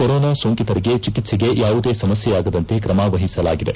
corona ಸೋಂಕಿತರಿಗೆ ಚಿಕಿತ್ಸೆಗೆ ಯಾವುದೇ ಸಮಸ್ಥೆಯಾಗದಂತೆ ಕ್ರಮ ವಹಿಸಲಾಗಿದೆ